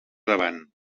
davant